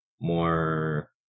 more